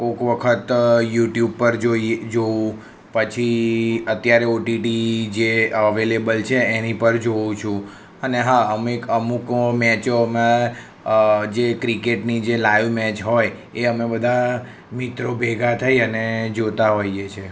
કોક વખત યુટ્યુબ પર જોઈ જોઉં પછી અત્યારે ઓટીટી જે અવેલેબલ છે એની પર જોઉં છું અને હા અમુક અમુક મેચોમાં જે ક્રિકેટની જે લાઈવ મેચ હોય એ અમે બધા મિત્રો ભેગા થઈ અને જોતા હોઈએ છે